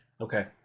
Okay